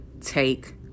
Take